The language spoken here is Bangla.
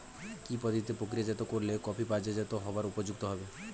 কি পদ্ধতিতে প্রক্রিয়াজাত করলে কফি বাজারজাত হবার উপযুক্ত হবে?